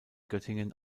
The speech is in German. göttingen